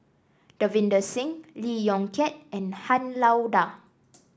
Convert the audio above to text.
Davinder Singh Lee Yong Kiat and Han Lao Da